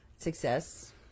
Success